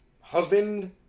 husband